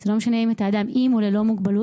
זה לא משנה אם אתה אדם עם וללא מוגבלות,